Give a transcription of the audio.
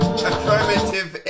Affirmative